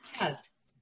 yes